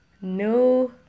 no